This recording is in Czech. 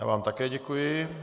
Já vám také děkuji.